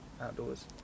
outdoors